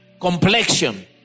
complexion